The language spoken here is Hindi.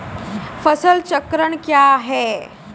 फसल चक्रण क्या है?